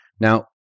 Now